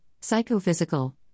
psychophysical